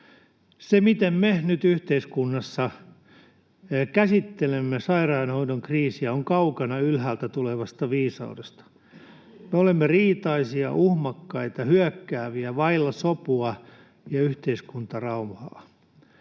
Se, miten me nyt yhteiskunnassa käsittelemme sairaanhoidon kriisiä, on kaukana ylhäältä tulevasta viisaudesta; me olemme riitaisia, uhmakkaita ja hyökkääviä sekä vailla sopua ja yhteiskuntarauhaa.